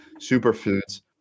superfoods